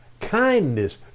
kindness